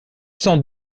sans